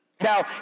Now